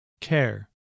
Care